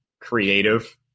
creative